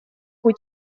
cui